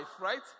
right